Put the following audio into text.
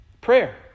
Prayer